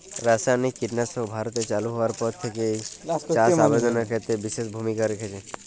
রাসায়নিক কীটনাশক ভারতে চালু হওয়ার পর থেকেই চাষ আবাদের ক্ষেত্রে বিশেষ ভূমিকা রেখেছে